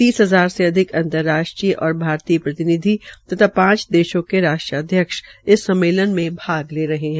तीस हजार से अधिक अंतर्राष्ट्रीय और भरतीय प्रतिनिधि तथा पांच देशों के राष्ट्रध्यक्ष इस सममेलन में भाग ले रहे है